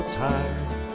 tired